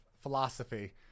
philosophy